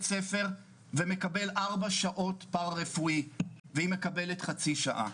ספר ומקבל ארבע שעות פרא רפואי והיא מקבלת חצי שעה.